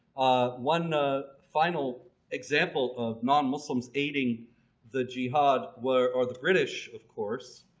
ah one ah final example of non-muslims aiding the jihad were or the british of course